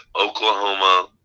Oklahoma